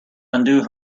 undo